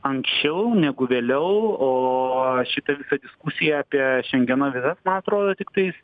anksčiau negu vėliau o šita diskusija apie šengeno vizas man atrodo tiktais